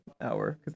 hour